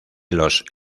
los